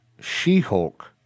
She-Hulk